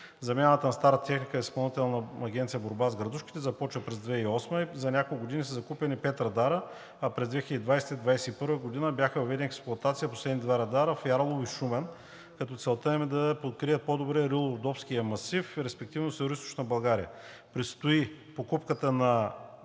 Замяната на старата техника в Изпълнителна агенция „Борба с градушките“ започва през 2008 г. и за няколко години са закупени пет радара, а през 2020 г. и 2021 г. бяха въведени в експлоатация последните два радара – в село Ярлово и град Шумен, като целта им е да покрият по-добре Рило-Родопския масив и респективно Североизточна България.